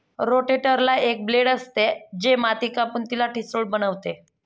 रोटेटरला एक ब्लेड असते, जे माती कापून तिला ठिसूळ बनवते